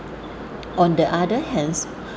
on the other hands